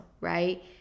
right